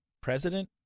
president